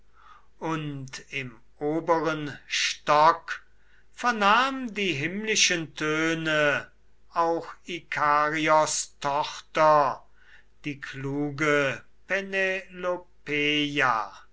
und im oberen stock vernahm die himmlischen töne auch ikarios tochter die kluge